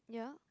yeah